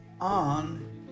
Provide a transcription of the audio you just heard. on